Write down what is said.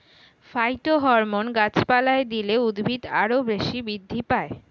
phytohormone গাছপালায় দিলে উদ্ভিদ আরও বেশি বৃদ্ধি পায়